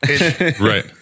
Right